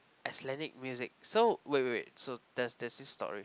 Icelandic music so wait wait wait so there's there's this story